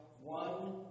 one